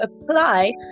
apply